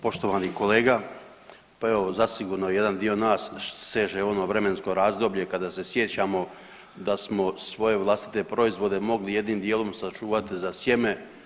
poštovani kolega pa evo zasigurno jedan dio nas seže ono vremensko razdoblje kada se sjećamo da smo svoje vlastite proizvode mogli jednim dijelom sačuvati za sjeme.